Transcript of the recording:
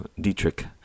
Dietrich